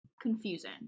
confusing